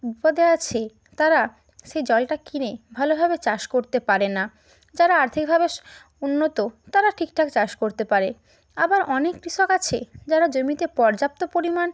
বিপদে আছে তারা সেই জলটা কিনে ভালোভাবে চাষ করতে পারে না যারা আর্থিকভাবে উন্নত তারা ঠিকঠাক চাষ করতে পারে আবার অনেক কৃষক আছে যারা জমিতে পর্যাপ্ত পরিমাণ